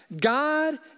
God